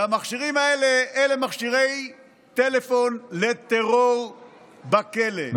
והמכשירים האלה הם מכשירי טלפון לטרור בכלא,